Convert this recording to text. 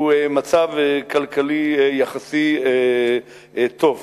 הוא מצב כלכלי יחסית טוב.